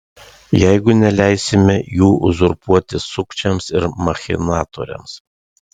jeigu neleisime jų uzurpuoti sukčiams ir machinatoriams